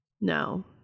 No